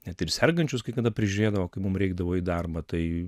net ir sergančius kai kada prižiūrėdavo kai mum reikdavo į darbą tai